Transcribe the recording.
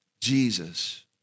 Jesus